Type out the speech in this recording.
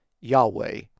Yahweh